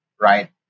right